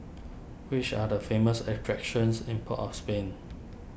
which are the famous attractions in Port of Spain